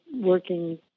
working